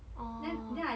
orh